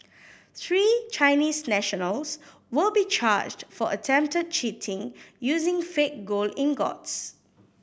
three Chinese nationals will be charged for attempted cheating using fake gold ingots